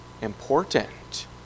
important